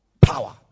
power